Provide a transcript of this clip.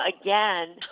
again